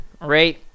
right